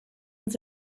und